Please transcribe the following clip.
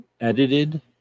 edited